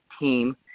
team